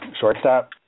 shortstop